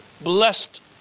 blessed